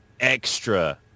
Extra